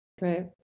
Right